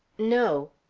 no.